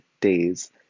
days